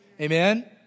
Amen